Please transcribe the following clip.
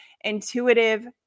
intuitive